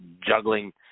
juggling